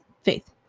Faith